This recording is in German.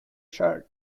schon